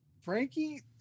Frankie